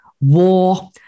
war